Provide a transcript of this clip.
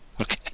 Okay